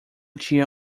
tinha